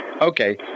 Okay